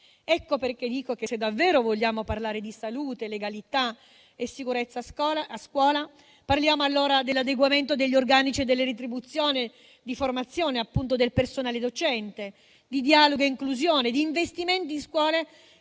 Ecco perché dico che, se davvero vogliamo parlare di salute, legalità e sicurezza a scuola, parliamo allora dell'adeguamento degli organici e delle retribuzioni, di formazione del personale docente, di dialogo e inclusione, di investimenti in scuole